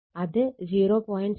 അത് 0